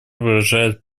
выражает